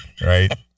Right